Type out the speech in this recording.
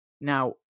Now